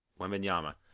Wembenyama